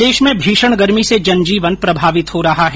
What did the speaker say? प्रदेश में भीषण गर्मी से जनजीवन प्रभावित हो रहा है